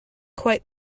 quite